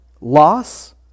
loss